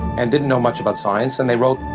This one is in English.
and didn't know much about science, and they wrote,